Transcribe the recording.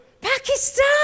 Pakistan